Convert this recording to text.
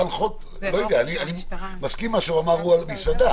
אני מסכים עם מה שהוא אמר על מסעדה,